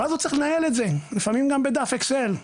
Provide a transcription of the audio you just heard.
ואז הוא צריך לנהל את זה, לפעמים גם בדף אקסל.